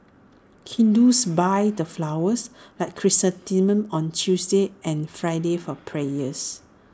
Hindus buy the flowers like chrysanthemums on Tuesdays and Fridays for prayers